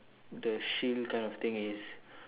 the shield kind of thing is